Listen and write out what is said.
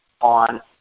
on